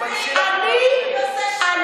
תתביישי לך, היא רק, אני